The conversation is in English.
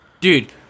Dude